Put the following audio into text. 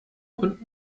und